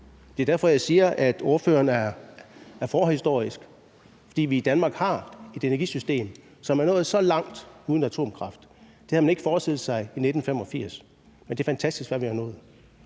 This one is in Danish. Det er derfor, jeg siger, at ordføreren er forhistorisk, for vi har i Danmark et energisystem, som allerede er nået så langt uden atomkraft. Det havde man ikke forestillet sig i 1985, men det er fantastisk, hvad vi har nået.